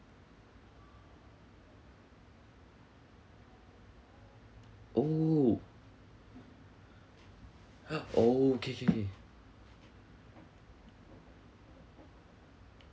oh !huh! oh kay kay kay